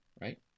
Right